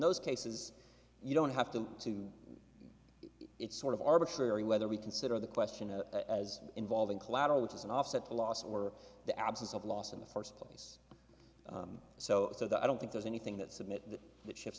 those cases you don't have to to it's sort of arbitrary whether we consider the question as involving collateral which is an offset the loss or the absence of loss in the first place so that i don't think there's anything that submit that shi